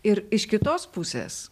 ir iš kitos pusės